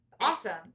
Awesome